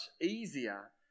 easier